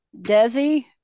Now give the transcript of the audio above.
Desi